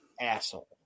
asshole